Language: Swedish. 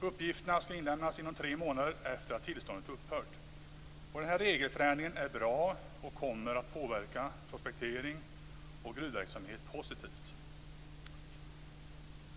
Uppgifterna skall inlämnas inom tre månader efter det att tillståndet upphört. Denna regelförändring är bra. Den kommer att påverka prospektering och gruvverksamhet positivt.